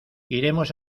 iremos